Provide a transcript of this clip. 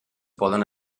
poden